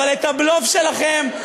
אבל את הבלוף שלכם,